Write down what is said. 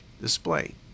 display